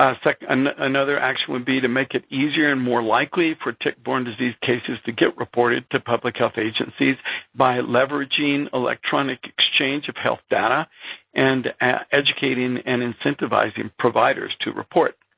ah and action would be to make it easier and more likely for tick-borne disease cases to get reported to public health agencies by leveraging electronic exchange of health data and educating and incentivizing providers to report.